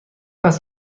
است